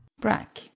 Brack